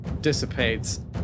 dissipates